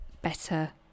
better